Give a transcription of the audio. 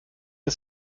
ist